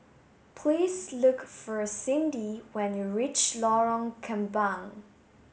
please look for Cindi when you reach Lorong Kembang